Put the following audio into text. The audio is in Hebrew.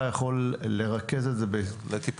למה?